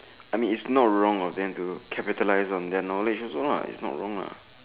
I mean is not wrong lah than do capitalism their knowledge is why lah they are not wrong lah